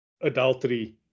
adultery